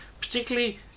Particularly